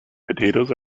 potatoes